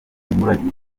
imburagihe